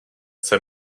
jsem